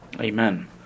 Amen